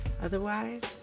Otherwise